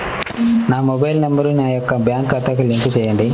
నా mobile number నా యొక్క బ్యాంక్ ఖాతాకి లింక్ చేయండీ?